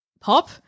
Pop